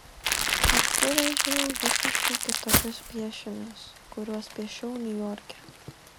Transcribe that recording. atsivežiau visiškai kitokius piešinius kuriuos piešiau niujorke